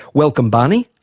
welcome barney.